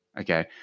okay